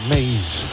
Maze